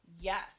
Yes